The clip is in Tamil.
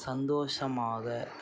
சந்தோஷமாக